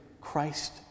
Christ